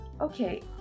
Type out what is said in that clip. okay